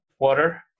water